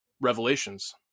Revelations